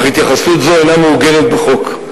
אך התייחסות זו אינה מעוגנת בחוק.